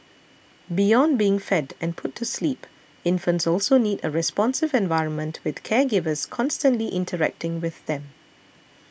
beyond being fed and put to sleep infants also need a responsive environment with caregivers constantly interacting with them